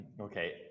okay